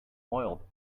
oil